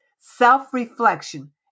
self-reflection